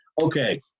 okay